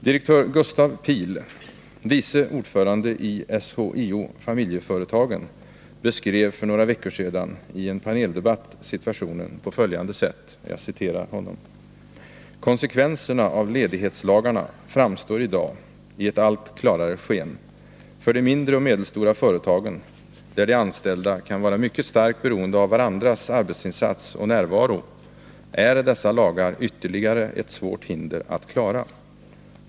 Direktör Gustaf Piehl, vice ordförande i SHIO-Familjeföretagen, beskrev för några veckor sedan i en paneldebatt situationen på följande sätt: ”Konsekvenserna av ledighetslagarna framstår i dag i ett allt klarare sken. För de mindre och medelstora företagen — där de anställda kan vara mycket starkt beroende av varandras arbetsinsats och närvaro — är dessa lagar ytterligare ett svårt hinder att klara.